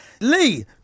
Lee